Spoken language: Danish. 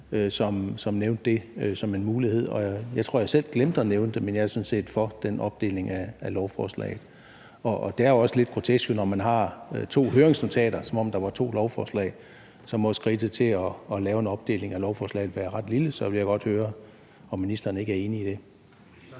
som nævnte det som en mulighed. Jeg tror, jeg selv glemte at nævne det, men jeg er sådan set for den opdeling af lovforslaget. Det er også lidt grotesk, når man har to høringsnotater, som om der var to lovforslag, for så må skridtet til at lave en opdeling af lovforslaget være ret lille. Og så vil jeg godt høre, om ministeren ikke er enig i det.